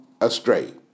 astray